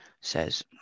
says